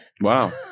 Wow